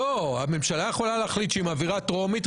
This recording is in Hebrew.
הממשלה יכולה להחליט שהיא מעבירה טרומית,